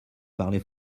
parlez